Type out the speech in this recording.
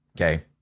okay